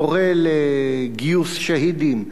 קורא לגיוס שהידים,